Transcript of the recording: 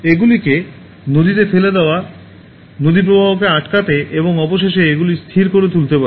এগুলিকে নদীতে ফেলে দেওয়া নদী প্রবাহকে আটকাতে এবং অবশেষে এগুলিকে স্থির করে তুলতে পারে